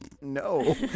No